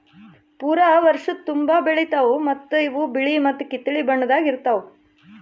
ಪೂರಾ ವರ್ಷದ ತುಂಬಾ ಬೆಳಿತಾವ್ ಮತ್ತ ಇವು ಬಿಳಿ ಮತ್ತ ಕಿತ್ತಳೆ ಬಣ್ಣದಾಗ್ ಇರ್ತಾವ್